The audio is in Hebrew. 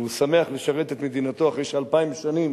והוא שמח לשרת את מדינתו אחרי שאלפיים שנים